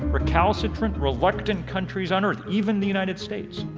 recalcitrant, reluctant countries on earth. even the united states.